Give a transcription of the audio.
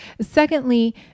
Secondly